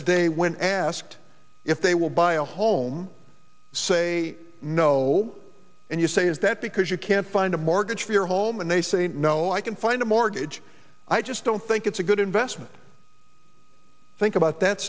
today when asked if they will buy a home say no and you say is that because you can't find a mortgage for your home and they say no i can find a mortgage i just don't think it's a good investment think about that